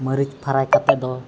ᱢᱟᱨᱤᱪ ᱯᱷᱟᱲᱟ ᱠᱟᱛᱮ ᱫᱚ